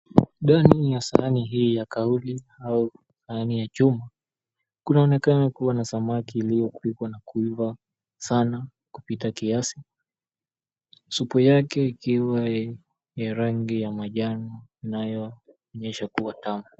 Ndani ya sahani hii ya kauli, au sahani ya chuma, kunaonekana kuwa na samaki iliyopikwa na kuiva sana kupita kiasi, supu yake ikiwa yenye rangi ya manjano inayoonyesha kuwa tamu.